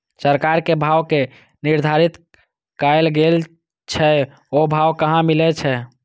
सरकार के भाव जे निर्धारित कायल गेल छै ओ भाव कहाँ मिले छै?